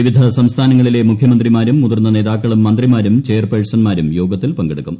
വിവിധ സംസ്ഥാനങ്ങളിലെ മുഖ്യമന്ത്രിമാരൂം മുതിർന്ന നേതാക്കളും മന്ത്രിമാരും ചെയർപേഴ്സൺമാരും യോഗ്നത്തിൽ പങ്കെടുക്കും